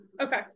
Okay